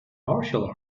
martial